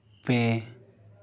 ᱯᱮ